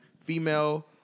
female